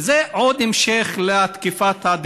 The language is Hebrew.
הודעה למזכירת הכנסת.